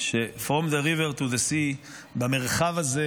ש- ,from the river to the sea במרחב הזה